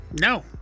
No